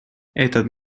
этот